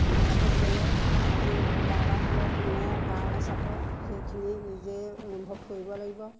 আনৰ লগত গ'লে আজি কিবা এটা হ'লে কোনে কালৈ চাব সেইখিনি নিজেই অনুভৱ কৰিব লাগিব